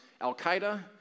Al-Qaeda